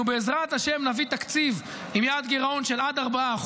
בעזרת השם אנחנו נביא תקציב עם יעד גירעון של עד 4%,